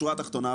בשורה התחתונה,